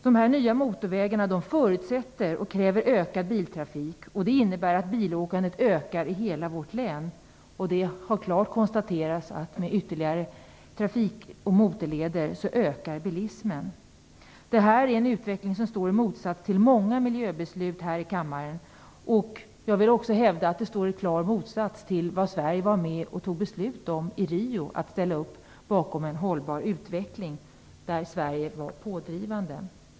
De här nya motorvägarna förutsätter och kräver ökad biltrafik. Det innebär att bilåkandet ökar i hela vårt län. Det har klart konstaterats att med ytterligare trafik och motorleder ökar bilismen. Det här är en utveckling som står i motsats till många miljöbeslut här i kammaren. Jag vill också hävda att det står i klar motsats till vad Sverige var med och tog beslut om i Rio; att ställa upp bakom en hållbar utveckling. Sverige var där pådrivande.